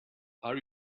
are